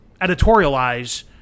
editorialize